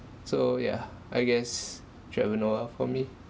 so yeah I guess trevor noah for me